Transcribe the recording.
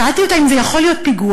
שאלתי אותה אם זה יכול להיות פיגוע,